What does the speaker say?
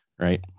Right